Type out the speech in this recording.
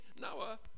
Noah